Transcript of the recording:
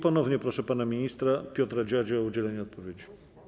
Ponownie proszę pana ministra Piotra Dziadzię o udzielenie odpowiedzi.